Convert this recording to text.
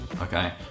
Okay